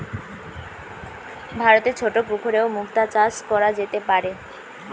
ভারতে ছোট পুকুরেও মুক্তা চাষ কোরা যেতে পারে